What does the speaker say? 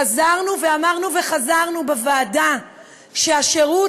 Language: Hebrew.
חזרנו ואמרנו וחזרנו בוועדה שהשירות